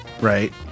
Right